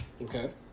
Okay